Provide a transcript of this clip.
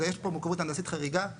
יש פה מורכבות הנדסית חריגה,